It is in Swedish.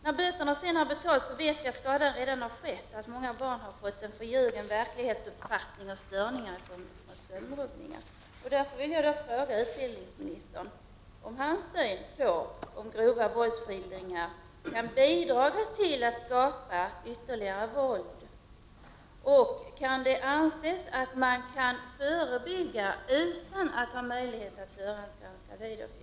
När böterna har betalats har skadan redan skett, dvs. många barn har fått en förljugen verklighetsuppfattning och störningar i form av sömnrubbningar. Jag vill fråga utbildningsministern om han tror att grova våldsskildringar kan bidra till att skapa ytterligare våld. Anser utbildningsministern att det går att förebygga utan att ha möjlighet att förhandsgranska videofilmer?